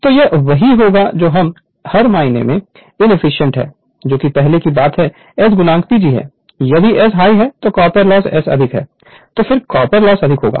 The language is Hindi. तो यह वही होगा जो इस मायने में इनएफिशिएंट है कि पहली बात S PG है यदि S हाय है कॉपर लॉस S अधिक है तो कॉपर लॉस अधिक होगा